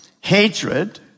hatred